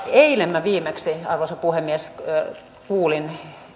eilen minä viimeksi arvoisa puhemies kuulin